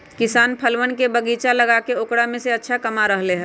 किसान फलवन के बगीचा लगाके औकरा से अच्छा कमा रहले है